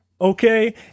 okay